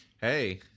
hey